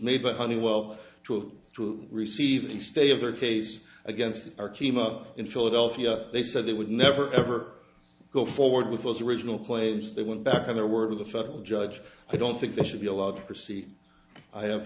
made by honeywell to to receive the state of their case against our team up in philadelphia they said they would never ever go forward with those original claims they went back to their work with the federal judge i don't think they should be allowed to proceed i have